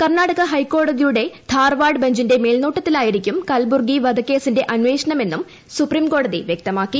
കർണാടക ഹൈക്കോടതിയുടെ ധാർവാഡ് ബഞ്ചിന്റെ മേൽനോട്ടത്തിലായിരിക്കും കൽബുർഗി വധക്കേസിന്റെ അന്വേഷണമെന്നും സുപ്രീംകോടതി വൃക്തമാക്കി